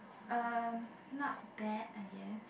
uh not bad I guess